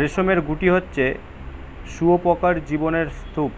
রেশমের গুটি হচ্ছে শুঁয়োপকার জীবনের স্তুপ